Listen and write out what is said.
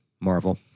Marvel